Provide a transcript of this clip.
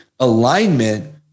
Alignment